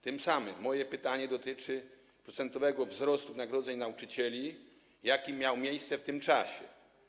Tym samym moje pytanie dotyczy procentowego wzrostu wynagrodzeń nauczycieli, jaki miał miejsce w tym czasie.